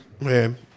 Man